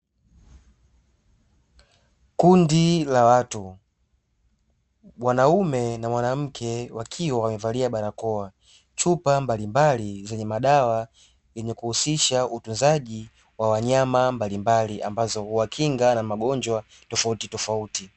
Kundi la watu mwanaume na mwanamke wakiwa wamevalia barakoa, chupa mbalimbali zenye madawa yenye kuhusisha utunzaji wa wanyama mbalimbali ambazo huwakinga na magonjwa tofauti tofauti.